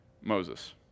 Moses